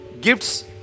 Gifts